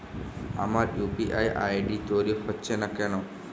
আমার UPI ID তৈরি হচ্ছে না কেনো?